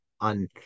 on